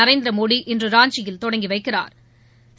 நரேந்திரமோடி இன்று ராஞ்சியில் தொடங்கி வைக்கிறாா்